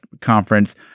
conference